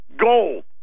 gold